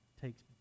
takes